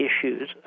issues